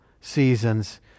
seasons